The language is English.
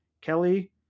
Kelly